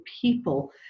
people